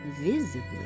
visibly